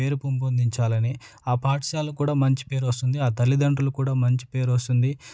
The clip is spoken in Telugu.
పేరు పెంపొందించాలని ఆ పాఠశాలకు కూడా మంచి పేరు వస్తుంది ఆ తల్లిదండ్రులకు కూడా మంచి పేరు వస్తుంది